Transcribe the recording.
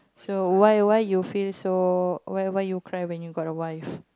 so why why you feel so why why you cry when you got a wife